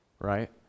right